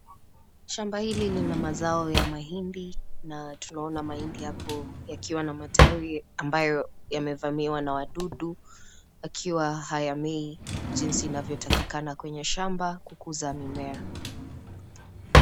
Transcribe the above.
Shamba hili lina mazao ya mahindi na tunaona mahindi hapo yakiwa na matawi ambayo yamevamiwa na wadudu yakiwa hayamei jinsi inavyotakikana kwenye shamba kukuza mimea.